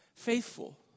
faithful